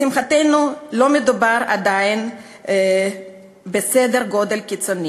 לשמחתנו לא מדובר עדיין בסדר גודל קיצוני,